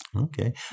okay